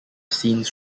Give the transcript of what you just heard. scenes